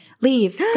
leave